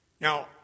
Now